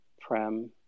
Prem